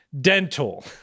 Dental